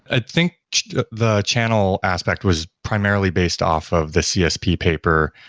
i think the channel aspect was primarily based off of the csp paper,